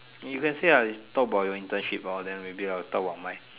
you can say ah talk about your internship ah then maybe I'll talk about mine